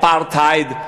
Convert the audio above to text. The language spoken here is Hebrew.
אפרטהייד,